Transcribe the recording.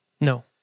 No